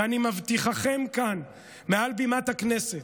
ואני מבטיחכם כאן, מעל בימת הכנסת,